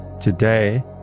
today